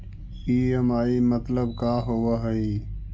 EMI मतलब का होब हइ?